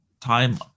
time